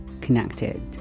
connected